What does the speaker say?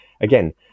again